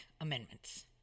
amendments